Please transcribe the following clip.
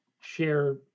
share